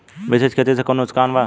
मिश्रित खेती से कौनो नुकसान वा?